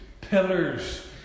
pillars